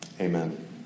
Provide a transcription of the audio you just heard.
Amen